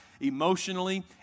Emotionally